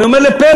אני אומר לפרי,